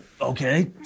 okay